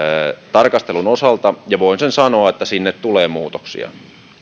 tarkastelun osalta ja voin sen sanoa että sinne tulee muutoksia